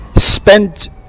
spent